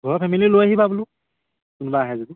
ঘৰৰ ফেমিলিও লৈ আহিবা বোলো কোনোবা আহে যদি